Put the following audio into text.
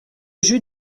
jus